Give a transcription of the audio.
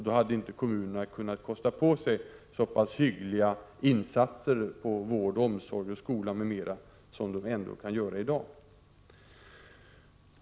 Då hade inte kommunerna kunnat kosta på sig så pass hyggliga insatser på områden som vård, omsorg, skola m.m. som de ändå kan göra i dag.